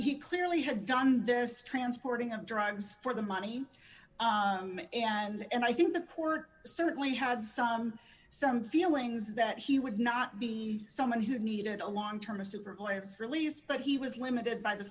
he clearly had done this transporting of drugs for the money and i think the court certainly had some some feelings that he would not be someone who needed a long term a super glimpse release but he was limited by the